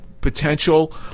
potential